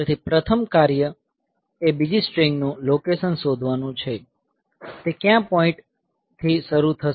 તેથી પ્રથમ કાર્ય એ બીજી સ્ટ્રીંગનું લોકેશન શોધવાનું છે તે કયા પોઈન્ટ થી શરૂ થશે